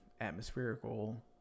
atmospherical